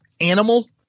Animal